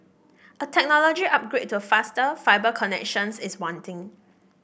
a technology upgrade to faster fibre connections is wanting